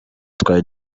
twari